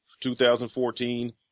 2014